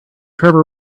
trevor